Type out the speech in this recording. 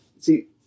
See